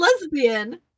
lesbian